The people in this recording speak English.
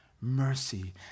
mercy